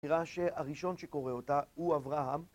נראה שהראשון שקורא אותה הוא אברהם